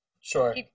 sure